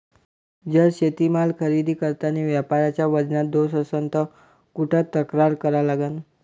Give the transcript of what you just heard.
जर शेतीमाल खरेदी करतांनी व्यापाऱ्याच्या वजनात दोष असन त कुठ तक्रार करा लागन?